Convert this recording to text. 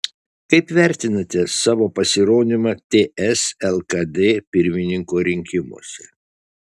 kaip vertinate savo pasirodymą ts lkd pirmininko rinkimuose